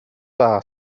dda